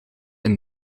een